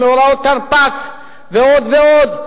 מאורעות תרפ"ט ועוד ועוד,